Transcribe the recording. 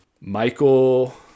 Michael